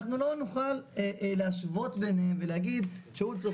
אנחנו לא נוכל להשוות ביניהם ולהגיד שהוא צריך